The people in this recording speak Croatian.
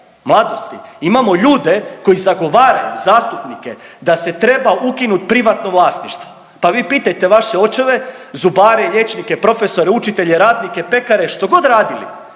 mladosti imamo ljude koji zagovaraju, zastupnike da se treba ukinuti privatno vlasništvo, pa vi pitajte vaše očeve zubare i liječnike, profesore, učitelje, radnike, pekare, što god radili